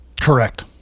Correct